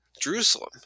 Jerusalem